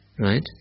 Right